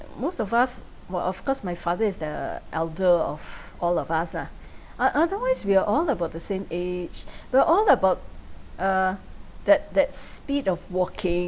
most of us well of course my father is the elder of all of us lah o~otherwise we are all about the same age we're all about uh that that speed of walking